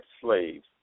slaves